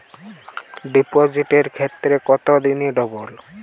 ডিপোজিটের ক্ষেত্রে কত দিনে ডবল?